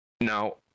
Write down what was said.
Now